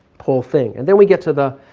whole thing. and then we get to the,